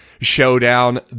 showdown